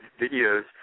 videos